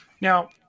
Now